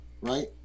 Right